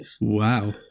Wow